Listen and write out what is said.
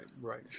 right